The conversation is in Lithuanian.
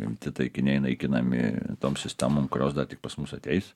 rimti taikiniai naikinami tom sistemom kurios dar tik pas mus ateis